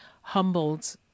humbled